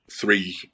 three